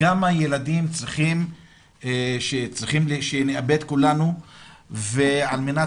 כמה ילדים צריכים שנאבד כולנו על מנת